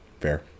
Fair